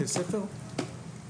בתור ספורטאי במסגרת שלנו זה היה מדהים.